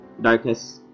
darkest